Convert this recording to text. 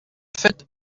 fête